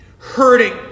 hurting